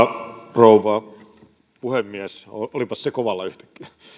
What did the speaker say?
rouva puhemies